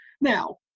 Now